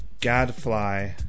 Gadfly